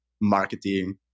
marketing